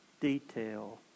detail